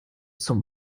zum